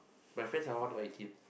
my friends are all A team